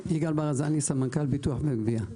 שלום, אני מביטוח וגבייה.